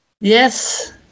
Yes